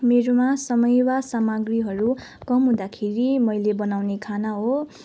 मेरोमा समय वा सामग्रीहरू कम हुँदाखेरि मैले बनाउने खाना हो